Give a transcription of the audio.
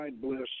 bliss